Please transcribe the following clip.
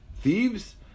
thieves